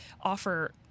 offer